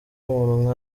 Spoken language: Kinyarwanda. muntu